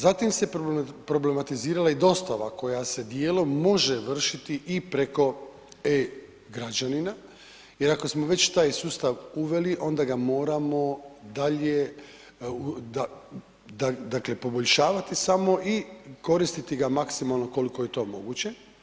Zatim se problematizirala i dostava koja se dijelom može vršiti i preko e-građanina jer ako smo već taj sustav uveli, onda ga moramo dalje dakle poboljšavati samo i koristiti ga maksimalno koliko je to moguće.